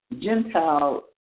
Gentile